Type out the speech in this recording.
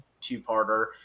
two-parter